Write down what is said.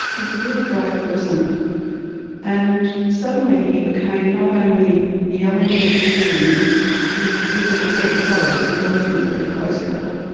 he's a really bright person and suddenly he became not only yelling at me and because we're very close, we've always been a very close couple,